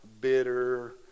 bitter